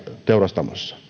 teurastamossa